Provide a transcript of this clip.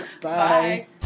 Bye